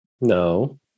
No